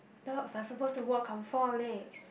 dogs are supposed to walk on four legs